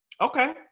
Okay